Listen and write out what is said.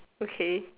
okay